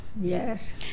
yes